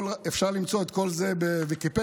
אפשר למצוא את כל זה בוויקיפדיה,